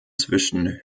zwischen